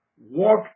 Walk